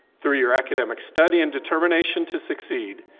through your academic study and determination to succeed,